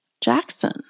Jackson